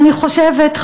אני חושבת,